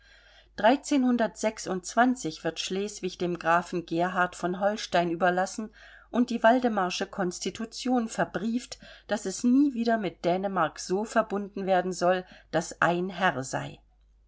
wird schleswig dem grafen gerhard von holstein überlassen und die waldemarsche konstitution verbrieft daß es nie wieder mit dänemark so verbunden werden soll daß ein herr sei